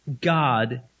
God